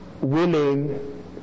willing